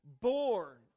born